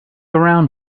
around